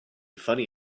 funny